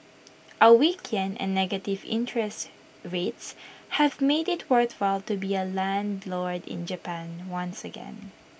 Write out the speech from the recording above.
A weak Yen and negative interest rates have made IT worthwhile to be A landlord in Japan once again